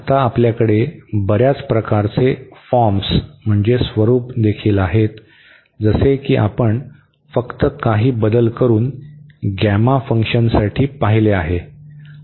आता आपल्याकडे बर्याच प्रकारांचे फॉर्म म्हणजे स्वरूप देखील आहेत जसे की आपण फक्त काही बदल करून गॅमा फंक्शनसाठी पाहिले आहे